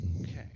Okay